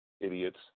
idiots